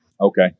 Okay